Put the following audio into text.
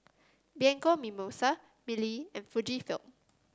Bianco Mimosa Mili and Fujifilm